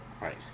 Right